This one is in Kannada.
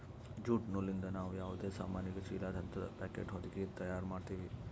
ಜ್ಯೂಟ್ ನೂಲಿಂದ್ ನಾವ್ ಯಾವದೇ ಸಾಮಾನಿಗ ಚೀಲಾ ಹಂತದ್ ಪ್ಯಾಕೆಟ್ ಹೊದಕಿ ತಯಾರ್ ಮಾಡ್ತೀವಿ